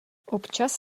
občas